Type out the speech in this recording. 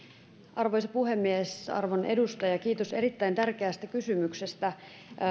arvoisa puhemies arvon edustaja kiitos erittäin tärkeästä kysymyksestä